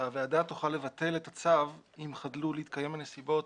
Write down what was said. שהוועדה תוכל לבטל את הצו אם חדלו להתקיים הנסיבות,